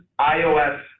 iOS